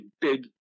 big